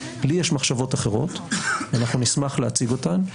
לי יש מחשבות אחרות, אנחנו נשמח להציג אותן.